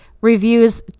Reviews